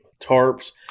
tarps